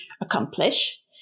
accomplish